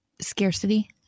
scarcity